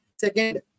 Second